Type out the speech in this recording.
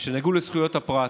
שנגעו לזכויות הפרט,